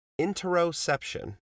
interoception